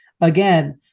Again